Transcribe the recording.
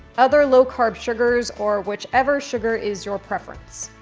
other low carb sugars, or whichever sugar is your preference.